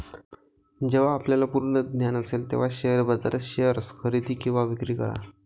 जेव्हा आपल्याला पूर्ण ज्ञान असेल तेव्हाच शेअर बाजारात शेअर्स खरेदी किंवा विक्री करा